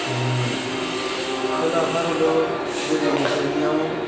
ओ खोला भारताव जेरै बेसोरनियाव